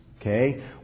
Okay